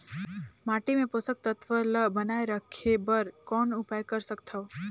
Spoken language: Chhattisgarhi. माटी मे पोषक तत्व ल बनाय राखे बर कौन उपाय कर सकथव?